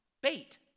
Bait